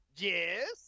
Yes